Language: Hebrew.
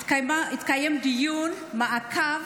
התקיים דיון מעקב